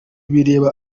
bireba